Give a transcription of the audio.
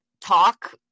talk